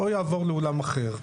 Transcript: או יעבור לאולם אחר.